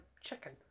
chicken